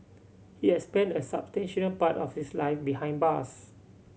he had spent a substantial part of his life behind bars